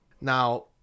now